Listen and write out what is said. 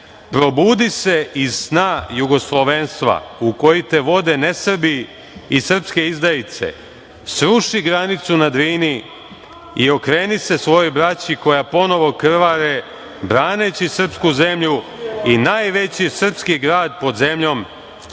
probudi se iz sna jugoslovenstva u koji te vode ne Srbi i srpske izdajice, sruši granicu na Drini i okreni se svojoj braći koja ponovo kravare braneći srpsku zemlju i najveći srpski grad pod zemljom,